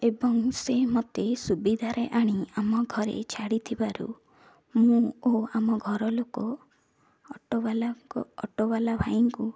ଏବଂ ସେ ମୋତେ ସୁବିଧାରେ ଆଣି ଆମଘରେ ଛାଡ଼ିଥିବାରୁ ମୁଁ ଓ ଆମ ଘର ଲୋକ ଅଟୋବାଲାଙ୍କ ଅଟୋବାଲା ଭାଇଙ୍କୁ